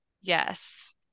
Yes